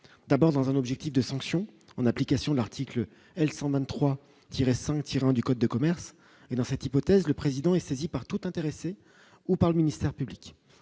d'abord dans un objectif de sanctions, en application de l'article L 123 sentir un du Code de commerce et dans cette hypothèse, le président est saisie par tout intéressé ou par le ministère public